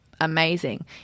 amazing